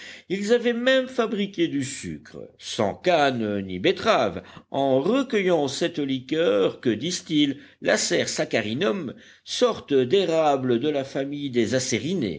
ils avaient même fabriqué du sucre sans cannes ni betteraves en recueillant cette liqueur que distille l acer saccharinum sorte d'érable de la famille des